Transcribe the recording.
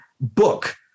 book